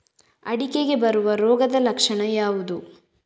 ಅಡಿಕೆಗೆ ಬರುವ ರೋಗದ ಲಕ್ಷಣ ಯಾವುದು?